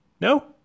No